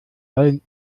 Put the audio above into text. allen